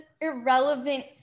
irrelevant